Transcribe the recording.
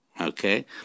Okay